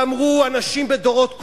ואמרו אנשים בדורות קודמים,